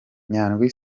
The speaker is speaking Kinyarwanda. nyandwi